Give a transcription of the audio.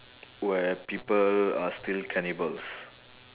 where people are still cannibals